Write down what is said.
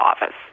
office